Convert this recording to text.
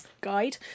guide